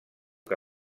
que